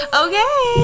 okay